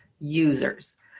users